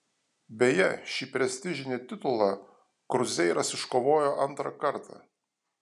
beje šį prestižinį titulą kruzeiras iškovojo antrą kartą